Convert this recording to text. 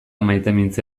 maitemintze